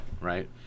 right